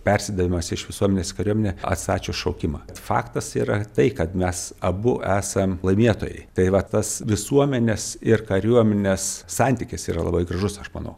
persidavimas iš visuomenės į kariuomenę atstačius šaukimą faktas yra tai kad mes abu esam laimėtojai tai va tas visuomenės ir kariuomenės santykis yra labai gražus aš manau